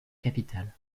capitale